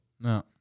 No